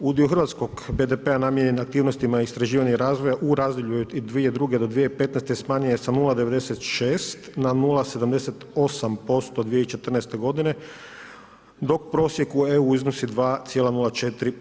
Udio hrvatskog BDP-a namijenjen aktivnostima istraživanja i razvoja u razdoblju 2002. do 2015. smanjuje sa 0,96 na 0,78% 2014. godine dok prosjek u EU iznosi 2,04%